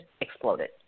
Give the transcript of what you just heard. exploded